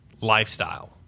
lifestyle